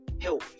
help